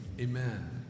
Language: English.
amen